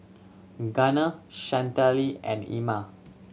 Gunner Chantelle and Ima